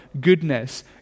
goodness